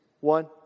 one